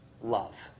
love